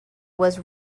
was